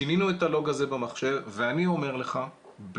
שינינו את הלוג הזה במחשב, ואני אומר לך באחריות